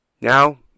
Now